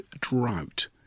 drought